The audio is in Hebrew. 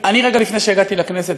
רגע לפני שהגעתי לכנסת,